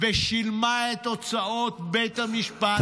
ושילמה את הוצאות בית המשפט.